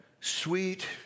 sweet